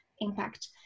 impact